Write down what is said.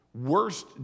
worst